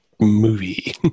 movie